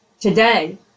today